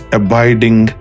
abiding